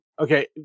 Okay